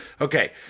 Okay